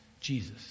Jesus